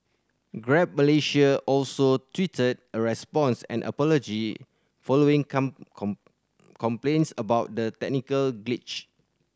Grab Malaysia also tweeted a response and apology following complaints about the technical glitch